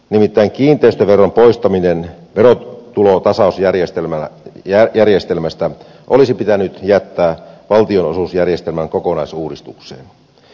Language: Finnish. nimittäin kiinteistöveron poistaminen verotulotasausjärjestelmästä olisi pitänyt jättää valtionosuusjärjestelmän kokonaisuudistukseen